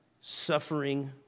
suffering